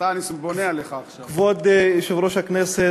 כבוד היושב-ראש,